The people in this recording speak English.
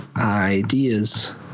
Ideas